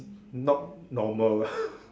not normal lah